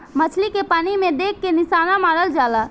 मछली के पानी में देख के निशाना मारल जाला